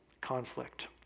conflict